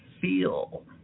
feel